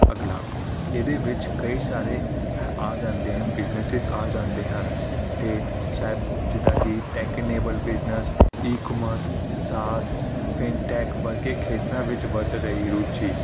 ਅਗਲਾ ਇਹਦੇ ਵਿੱਚ ਕਈ ਸਾਰੇ ਹ ਆ ਜਾਂਦੇ ਆ ਬਿਜ਼ਨਸ ਆ ਜਾਂਦੇ ਹਨ ਅਤੇ ਸਾ ਜਿੱਦਾਂ ਕਿ ਟੈਕਨਨੇਬਲ ਬਿਜ਼ਨਸ ਈਕਮਰਸ ਸਾਸ ਫਿਨਟੈਕ ਵਰਗੇ ਖੇਤਰਾਂ ਵਿੱਚ ਵੱਧ ਰਹੀ ਰੁਚੀ